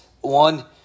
one